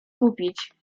kupić